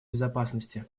безопасности